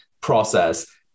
process